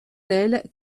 telle